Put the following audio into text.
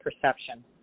perception